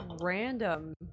random